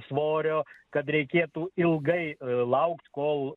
svorio kad reikėtų ilgai laukt kol